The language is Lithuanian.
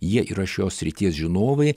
jie yra šios srities žinovai